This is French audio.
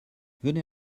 venez